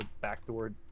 backdoor